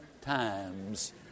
times